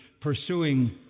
pursuing